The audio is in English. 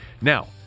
Now